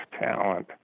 talent